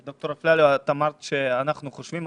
ד"ר אפללו, את אמרת: אנחנו חושבים.